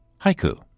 haiku